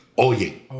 Oye